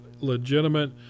legitimate